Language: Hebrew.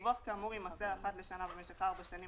דיווח כאמור יימסר אחת לשנה במשך ארבע שנים,